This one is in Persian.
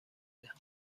دهند